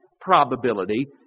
probability